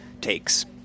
takes